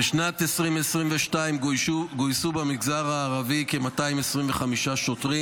בשנת 2022 גויסו במגזר הערבי כ-225 שוטרים.